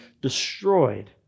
destroyed